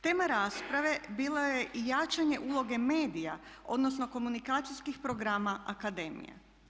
Tema rasprave bilo je i jačanje uloge medija odnosno komunikacijskih programa akademije.